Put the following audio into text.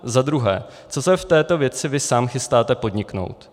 Za druhé: Co se v této věci vy sám chystáte podniknout?